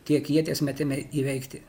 tiek ieties metime įveikti